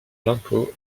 l’impôt